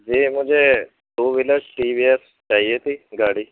جی مجھے two wheeler T V S چاہیے تھی گاڑی